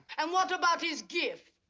and what about his gift?